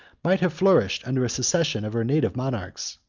might have flourished under a succession of her native monarchs.